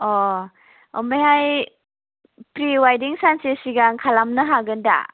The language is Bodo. अ' ओमफ्राय प्रि वेदिं सानसे सिगां खालामनो हागोनदा